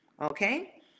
Okay